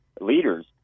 leaders